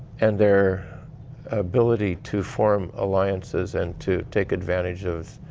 and their ability to form alliances and to take advantage of,